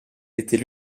était